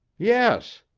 yes.